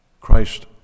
Christ